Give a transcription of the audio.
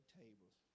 tables